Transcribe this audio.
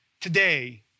today